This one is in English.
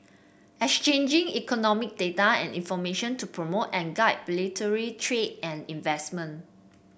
exchanging economic data and information to promote and guide bilaterally trade and investment